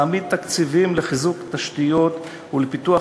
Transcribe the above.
להעמיד תקציבים לחיזוק תשתיות ולפיתוח